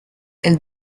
elle